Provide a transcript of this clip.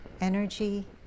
energy